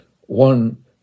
One